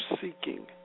seeking